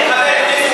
מי שבקואליציה,